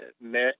met